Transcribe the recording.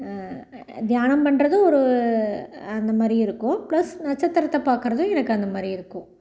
தியானம் பண்ணுறதும் ஒரு அந்த மாதிரி இருக்கும் ப்ளஸ் நட்சத்திரத்தை பார்க்குறதும் எனக்கு அந்த மாதிரி இருக்கும்